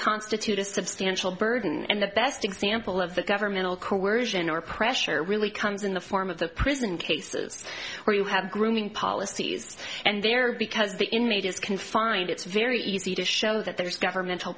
constitute a substantial burden and the best example of that governmental coersion or pressure really comes in the form of the prison cases where you have grooming policies and there because the inmate is confined it's very easy to show that there's governmental